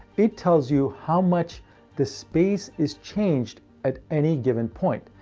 it tells you how much the space is changed at any given point,